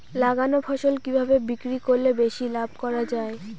লাগানো ফসল কিভাবে বিক্রি করলে বেশি লাভ করা যায়?